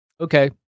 okay